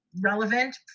relevant